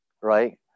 right